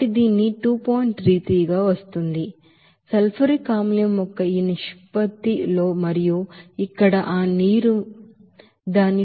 కాబట్టి సల్ఫ్యూరిక్ ఆమ్లం యొక్క ఈ నిష్పత్తి లో మరియు ఇక్కడ ఆ నీరు మీరు దాని 2